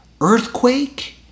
Earthquake